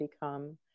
become